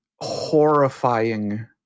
horrifying